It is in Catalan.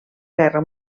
guerra